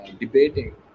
debating